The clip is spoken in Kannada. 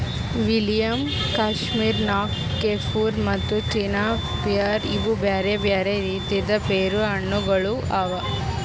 ವಿಲಿಯಮ್, ಕಶ್ಮೀರ್ ನಕ್, ಕೆಫುರ್ ಮತ್ತ ಚೀನಾ ಪಿಯರ್ ಇವು ಬ್ಯಾರೆ ಬ್ಯಾರೆ ರೀತಿದ್ ಪೇರು ಹಣ್ಣ ಗೊಳ್ ಅವಾ